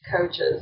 coaches